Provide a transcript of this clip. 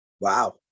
Wow